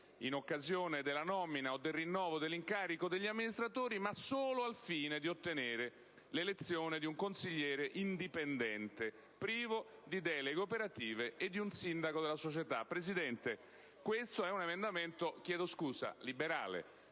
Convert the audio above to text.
in occasione della nomina o del rinnovo dell'incarico degli amministratori, ma solo al fine di ottenere l'elezione di un consigliere indipendente, privo di deleghe operative, e di un sindaco della società. Signor Presidente, questo è un emendamento liberale.